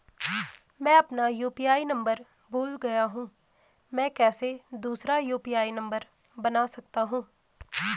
मैं अपना UPI number भूल गया हूँ मैं कैसे दूसरा यु.पी.आई नम्बर बना सकता हूँ?